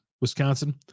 Wisconsin